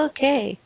Okay